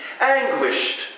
anguished